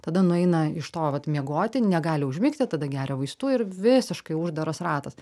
tada nueina iš to vat miegoti negali užmigti tada geria vaistų ir visiškai uždaras ratas